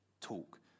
talk